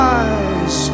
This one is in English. eyes